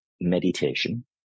meditation